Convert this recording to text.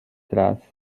trás